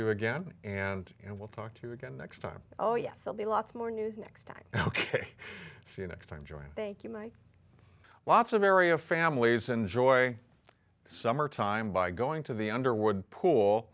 you again and we'll talk to you again next time oh yes i'll be lots more news next time ok see you next time john thank you mike lots of area families enjoy summer time by going to the underwood pool